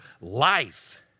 life